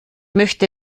möchte